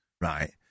right